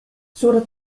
sur